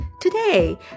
today